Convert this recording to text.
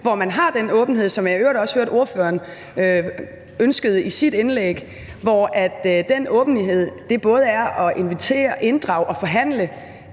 hvor man har den åbenhed, som jeg i øvrigt også hørte ordføreren ønske i sit indlæg. Den åbenhed er både at invitere, inddrage og forhandle